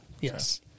Yes